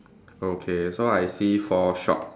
okay so I see four shop